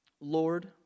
Lord